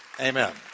Amen